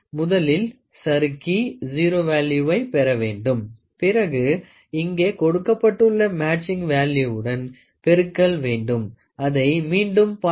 முதலில் சறுக்கி 0 வேல்யூவை பெற வேண்டும் பிறகு இங்கே கொடுக்கப்பட்டுள்ள மேட்சிங் வேல்யூவுடன் பெருக்கல் வேண்டும் அதை மீண்டும் 0